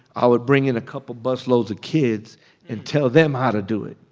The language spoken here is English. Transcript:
i would bring in a couple busloads of kids and tell them how to do it.